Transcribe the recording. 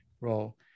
role